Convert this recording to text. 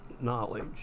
knowledge